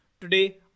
Today